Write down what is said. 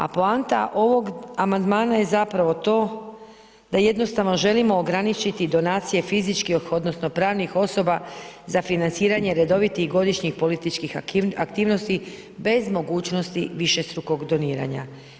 A poanta ovog amandmana je zapravo to da jednostavno želimo ograničiti donacije fizičkih odnosno pravnih osoba za financiranje redovitih godišnjih političkih aktivnosti bez mogućnosti višestrukog doniranja.